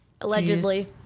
Allegedly